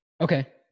Okay